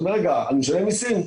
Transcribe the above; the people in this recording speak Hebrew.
הוא אומר: רגע, אני משלם מיסים,